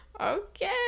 Okay